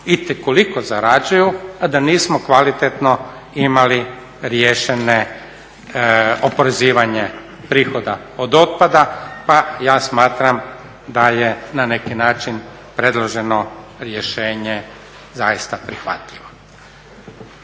itekoliko zarađuju a da nismo kvalitetno imali riješeno oporezivanje prihoda od otpada. Pa ja smatram da je na neki način predloženo rješenje zaista prihvatljivo.